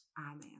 amen